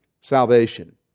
salvation